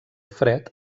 fred